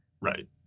Right